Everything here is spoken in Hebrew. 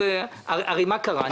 הרי מה קרה?